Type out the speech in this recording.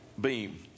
beam